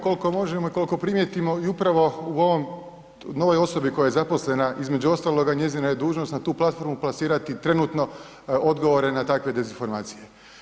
Pa reagiramo koliko možemo i koliko primijetimo i upravo u novoj osobi koja je zaposlena, između ostaloga njezina je dužnost na tu platformu plasirati trenutno odgovore na takve dezinformacije.